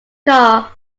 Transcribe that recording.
car